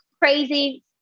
crazy